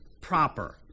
proper